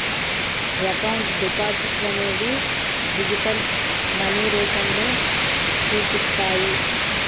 account డిపాజిట్లనేవి digital money రూపంలో చూపిస్తాయి